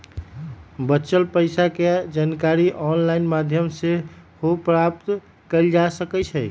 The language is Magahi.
बच्चल पइसा के जानकारी ऑनलाइन माध्यमों से सेहो प्राप्त कएल जा सकैछइ